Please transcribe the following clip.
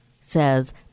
says